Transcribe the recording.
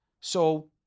So-